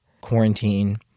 quarantine